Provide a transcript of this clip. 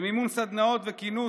למימון סדנאות וכינוס